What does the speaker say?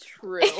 true